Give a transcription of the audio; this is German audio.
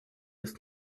ist